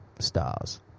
stars